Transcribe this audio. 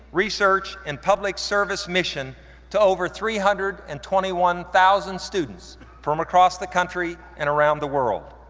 research, and public service mission to over three hundred and twenty one thousand students from across the country and around the world.